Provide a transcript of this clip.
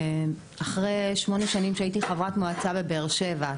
אחרי שמונה שנים שהייתי חברת מועצה בבאר שבע,